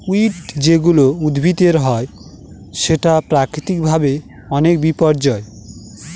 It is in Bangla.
উইড যেগুলা উদ্ভিদের হয় সেটা প্রাকৃতিক ভাবে অনেক বিপর্যই